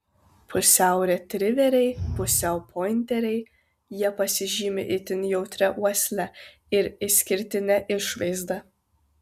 pusiau retriveriai pusiau pointeriai jie pasižymi itin jautria uosle ir išskirtine išvaizda